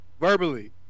Verbally